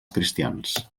cristians